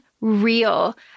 real